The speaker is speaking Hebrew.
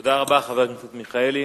תודה רבה, חבר הכנסת מיכאלי.